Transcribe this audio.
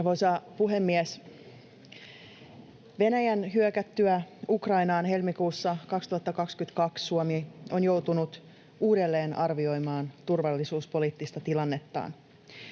Arvoisa puhemies! Venäjän hyökättyä Ukrainaan helmikuussa 2022 Suomi on joutunut uudelleen arvioimaan turvallisuuspoliittista tilannettaan.